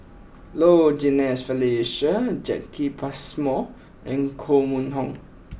Low Jimenez Felicia Jacki Passmore and Koh Mun Hong